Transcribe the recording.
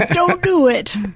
ah don't do it!